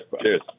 Cheers